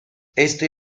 este